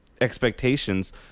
expectations